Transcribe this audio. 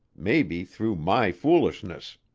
maybe through my foolishness.